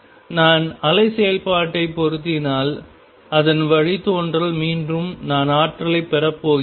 நான் அலை செயல்பாட்டை பொருத்தினால் அதன் வழித்தோன்றல் மீண்டும் நான் ஆற்றலைப் பெறப் போகிறேன்